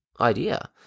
idea